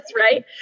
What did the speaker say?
right